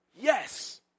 Yes